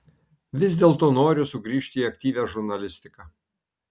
vis dėlto noriu sugrįžti į aktyvią žurnalistiką